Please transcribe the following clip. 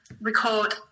record